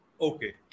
Okay